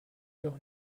doch